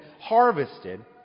harvested